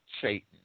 Satan